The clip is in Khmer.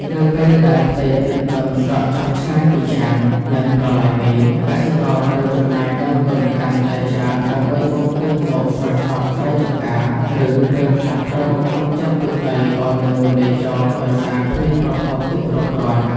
នៅពេលដែលផ្ទៃទឹកបឹងស្រកចុះឆ្ងាយពីច្រាំង និងប្រឡាយមេ កសិករត្រូវចំណាយដើមទុនកាន់តែច្រើនដើម្បីបូមទឹកមកស្រោចស្រពស្រែចម្ការ ឬពេលខ្លះត្រូវបង្ខំចិត្តទុកដីឱ្យនៅទំនេរចោលដោយសារគ្មានប្រភពទឹកគ្រប់គ្រាន់។